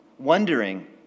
wondering